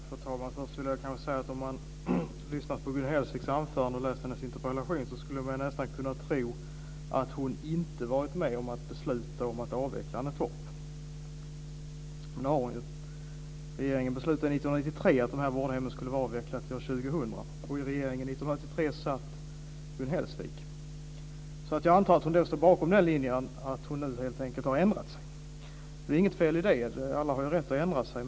Fru talman! Först vill jag säga att om man lyssnat på Gun Hellsviks anförande och läst hennes interpellation skulle man nästan kunna tro att hon inte varit med om att besluta att avveckla Annetorp. Men det har hon ju. Regeringen beslutade 1993 att de här vårdhemmen skulle vara avvecklade till år 2000, och i regeringen 1993 satt Gun Hellsvik. Jag antar att hon då stod bakom den linjen, men att hon nu helt enkelt har ändrat sig. Det är inget fel i det, alla har rätt att ändra sig.